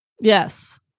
yes